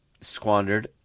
squandered